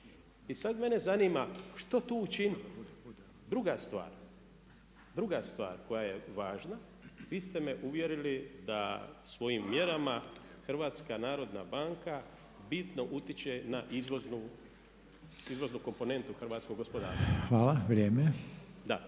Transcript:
I sad mene zanima što tu učiniti? Druga stvar koja je važna. Vi ste me uvjerili da svojim mjerama HNB bitno utječe na izvoznu komponentu hrvatskog gospodarstva. …/Upadica